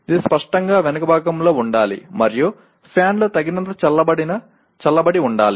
ఇది స్పష్టంగా వెనుక భాగంలో ఉండాలి మరియు ఫ్యాన్ తో తగినంతగా చల్లబడి ఉండాలి